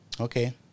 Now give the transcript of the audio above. Okay